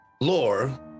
Lore